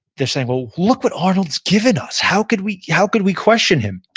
they're saying, well, look what arnold's given us. how can we how can we question him?